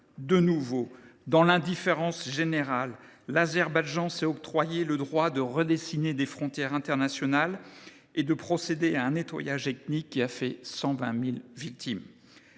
de nouveau dans l’indifférence générale, l’Azerbaïdjan s’est octroyé le droit de redessiner des frontières internationales et de procéder à un nettoyage ethnique qui a fait 120 000 victimes.